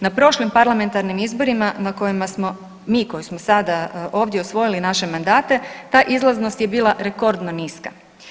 Na prošlim parlamentarnim izborima na kojima smo mi koji smo sada ovdje osvojili naše mandate ta izlaznost je bila rekordno niska.